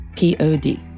Pod